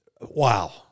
wow